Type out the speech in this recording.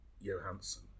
Johansson